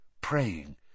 praying